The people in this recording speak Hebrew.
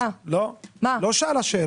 אולי הזינו אותך בנתון